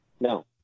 No